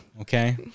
Okay